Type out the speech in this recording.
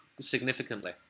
significantly